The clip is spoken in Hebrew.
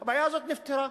הבעיה הזאת נפתרה.